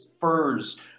furs